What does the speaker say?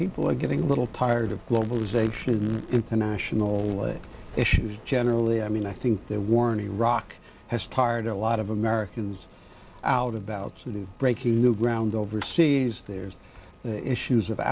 people are getting a little tired of globalization international issues generally i mean i think they're warning iraq has tired a lot of americans out about cities breaking new ground overseas there's issues of